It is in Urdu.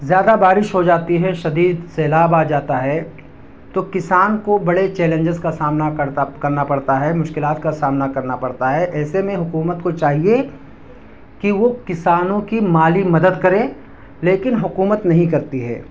زیادہ بارش ہو جاتی ہے شدید سیلاب آ جاتا ہے تو کسان کو بڑے چیلنجز کا سامنا کرتا کرنا پڑتا ہے مشکلات کا سامنا کرنا پڑتا ہے ایسے میں حکومت کو چاہیے کہ وہ کسانوں کی مالی مدد کرے لیکن حکومت نہیں کرتی ہے